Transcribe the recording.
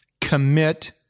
Commit